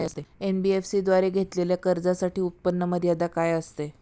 NBFC द्वारे घेतलेल्या कर्जासाठी उत्पन्न मर्यादा काय असते?